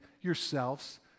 yourselves